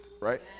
right